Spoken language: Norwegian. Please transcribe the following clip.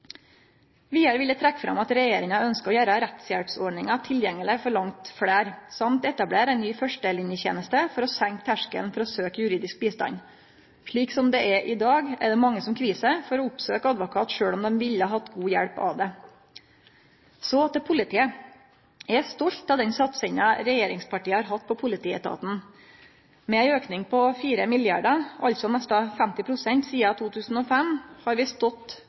Vidare vil eg trekkje fram at regjeringa ønskjer å gjere rettshjelpsordninga tilgjengeleg for langt fleire samt etablere ei ny førstelineteneste for å senke terskelen for å søkje juridisk bistand. Slik som det er i dag, er det mange som kvir seg for å oppsøke advokat sjølv om dei ville hatt god hjelp av det. Så til politiet. Eg er stolt av den satsinga regjeringspartia har hatt på politietaten. Med ein auke på 4 mrd. kr, altså nesten 50 pst., sidan 2005, har